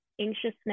anxiousness